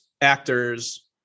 actors